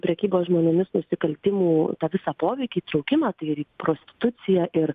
prekybos žmonėmis nusikaltimų tą visą poveikį įtraukimą tai ir į prostituciją ir